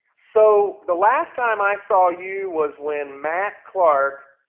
so, the last time i saw you was when matt clark,